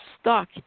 stuck